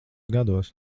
gados